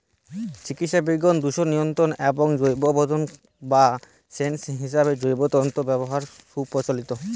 চিকিৎসাবিজ্ঞান, দূষণ নিয়ন্ত্রণ এবং জৈববোধক বা সেন্সর হিসেবে জৈব তন্তুর ব্যবহার সুপ্রচলিত